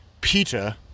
Peter